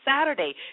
Saturday